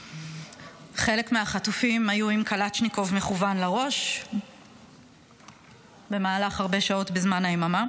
חלק מהחטופים היו עם קלצ'ניקוב מכוון לראש במהלך הרבה שעות בזמן היממה,